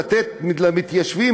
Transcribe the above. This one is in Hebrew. לתת למתיישבים,